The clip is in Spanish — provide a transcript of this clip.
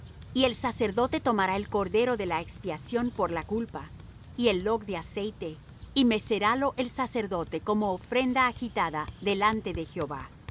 y el sacerdote tomará el cordero de la expiación por la culpa y el log de aceite y mecerálo el sacerdote como ofrenda agitada delante de jehová